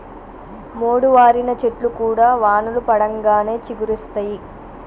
మోడువారిన చెట్లు కూడా వానలు పడంగానే చిగురిస్తయి